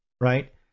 right